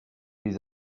les